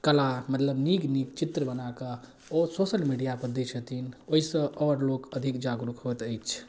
कला मतलब नीक नीक चित्र बनाकऽ ओ सोशल मीडिआपर दै छथिन ओहिसँ आओर लोक अधिक जागरूक होइत अछि